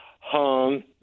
hung